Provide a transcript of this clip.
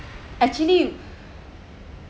actually